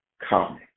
come